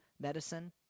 medicine